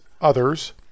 others